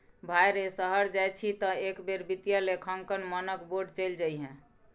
भाय रे शहर जाय छी तँ एक बेर वित्तीय लेखांकन मानक बोर्ड चलि जइहै